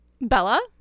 Bella